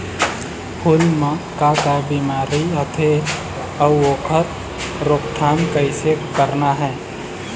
फूल म का का बिमारी आथे अउ ओखर रोकथाम कइसे करना हे?